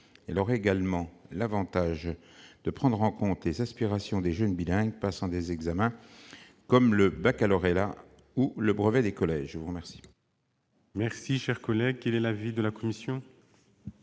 Elle aurait également l'avantage de prendre en compte les aspirations des jeunes bilingues passant des examens comme le baccalauréat ou le brevet des collèges. Quel est l'avis de la commission ?